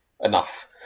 enough